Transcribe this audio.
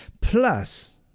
Plus